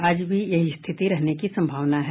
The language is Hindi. आज भी यही स्थिति रहने की संभावना है